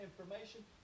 information